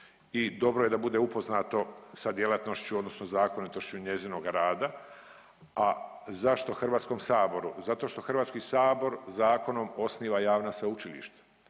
dobro je da bude upoznato sa djelatnošću odnosno zakonitošću njezinog rada, a zašto HS? Zato što HS zakonom osniva javna sveučilišta,